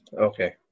Okay